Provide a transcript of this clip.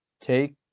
Take